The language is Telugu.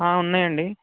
ఉన్నాయండి